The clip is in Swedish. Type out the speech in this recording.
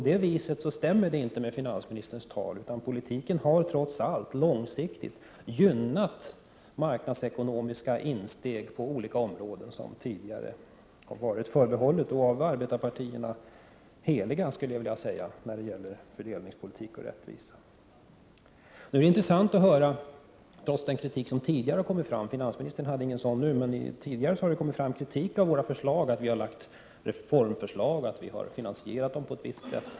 Detta stämmer inte med finansministerns tal, utan politiken har trots allt långsiktigt gynnat marknadsekonomiska insteg på olika områden som tidigare av arbetarpartierna betraktats som heliga när det gäller fördelningspolitik och rättvisa. Tidigare har det ju anförts kritik mot våra förslag — att vi har lagt fram reformförslag och att vi har finansierat dem på ett visst sätt. Finansministern kom inte med någon sådan kritik nu.